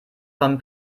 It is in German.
vom